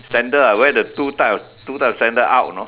sandal ah wear the two type of two type of sandal out you know